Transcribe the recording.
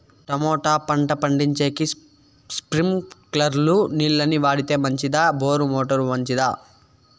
Tomato పండించేకి స్ప్రింక్లర్లు నీళ్ళ ని వాడితే మంచిదా బోరు మోటారు మంచిదా?